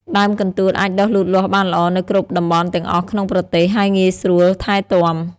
ដើមកន្ទួតអាចដុះលូតលាស់បានល្អនៅគ្រប់តំបន់ទាំងអស់ក្នុងប្រទេស ហើយងាយស្រួលថែទាំ។